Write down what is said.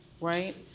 right